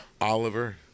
Oliver